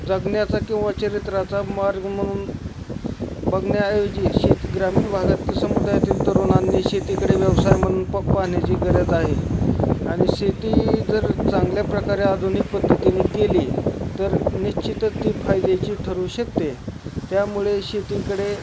जगण्याचा किंवा चरित्राचा मार्ग म्हणून बघण्याऐवजी शेती ग्रामीण भागात समुदायातील तरुणांनी शेतीकडे व्यवसाय म्हणून पक् पाहण्याची गरज आहे आणि शेती जर चांगल्या प्रकारे आधुनिक पद्धतीने केली तर निश्चितच ती फायद्याची ठरू शकते आहे त्यामुळे शेतीकडे